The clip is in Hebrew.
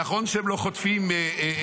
נכון שהם לא חוטפים מכות,